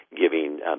giving